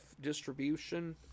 distribution